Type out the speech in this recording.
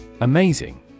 Amazing